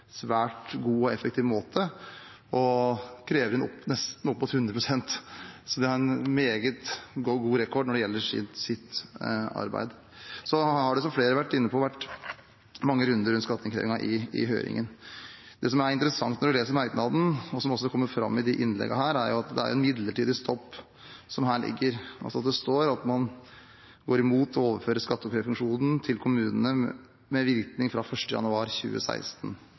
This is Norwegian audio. svært god og effektiv måte og krever inn nesten opp mot hundre prosent. De har en meget god «record» når det gjelder sitt arbeid. Som flere har vært inne på, har det vært mange runder rundt skatteinnkrevingen i høringen. Det som er interessant når man leser merknaden, og som også kommer fram i innleggene, er at det her er en midlertidig stopp. Det står at man går imot å overføre skatteoppkreverfunksjonen til kommunene med virkning fra 1. januar 2016.